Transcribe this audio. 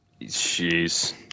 Jeez